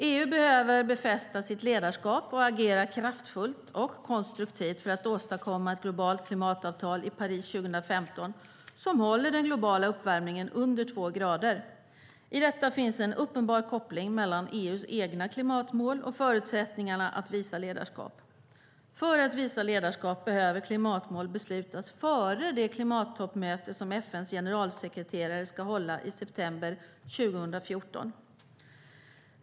EU behöver befästa sitt ledarskap och agera kraftfullt och konstruktivt för att åstadkomma ett globalt klimatavtal i Paris 2015 som håller den globala uppvärmningen under två grader. I detta finns en uppenbar koppling mellan EU:s egna klimatmål och förutsättningarna att visa ledarskap. För att visa ledarskap behöver klimatmål beslutas före det klimattoppmöte som FN:s generalsekreterare ska hålla i september 2014.